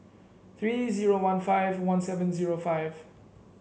three zero one five one seven zero five